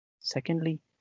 Secondly